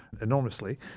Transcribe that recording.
enormously